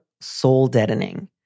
soul-deadening